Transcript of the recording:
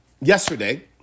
yesterday